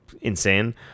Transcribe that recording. insane